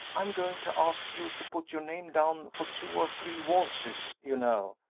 i am going to ask you to put your name down for two or three waltzes you know,